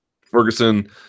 Ferguson